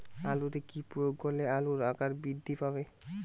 আলুতে কি প্রয়োগ করলে আলুর আকার বৃদ্ধি পাবে?